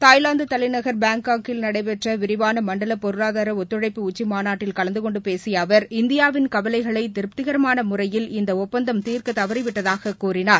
தாய்வாந்து தலைநகர் பாங்காக்கில் நடைபெற்ற விரிவான மண்டல பொருளாதார ஒத்துழழப்பு உச்சிமாநாட்டில் கலந்து கொண்டு பேசிய அவர் இந்தியாவின் கவலைகளை திருப்திகரமான முறையில் இந்த ஒப்பந்தம் தீர்க்க தவறி விட்டதாக கூறினார்